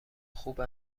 خوب